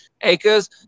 acres